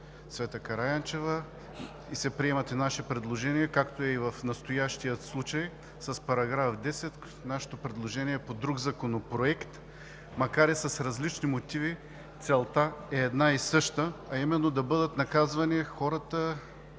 Цвета Караянчева. Приемат се и наши предложения, както е и в настоящия случай – с § 10 нашето предложение по друг Законопроект. Макар и с различни мотиви, целта е една и съща, а именно да бъдат наказвани хората,